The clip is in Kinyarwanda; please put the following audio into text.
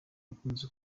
bakunze